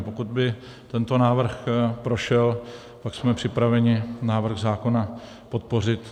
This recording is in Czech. Pokud by tento návrh prošel, pak jsme připraveni návrh zákona podpořit.